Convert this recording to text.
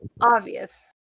obvious